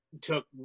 took